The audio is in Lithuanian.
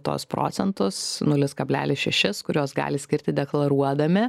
tuos procentus nulis kablelis šešis kuriuos gali skirti deklaruodami